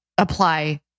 apply